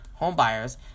homebuyers